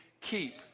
keep